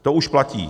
To už platí.